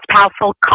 powerful